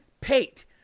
Pate